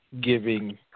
giving